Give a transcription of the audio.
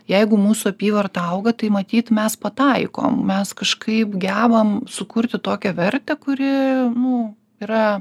jeigu mūsų apyvarta auga tai matyt mes pataikom mes kažkaip gebam sukurti tokią vertę kuri nu yra